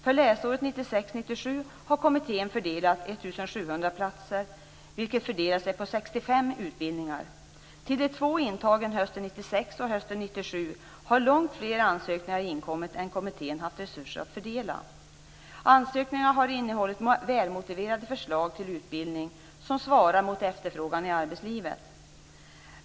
För läsåret 1996/97 har kommittén fördelat 1 700 platser, vilka fördelar sig på 65 utbildningar. Till de två intagen hösten 1996 och hösten 1997 har långt fler ansökningar inkommit än kommittén haft resurser att fördela. Ansökningarna har innehållit välmotiverade förslag till utbildning som svarar mot efterfrågan i arbetslivet.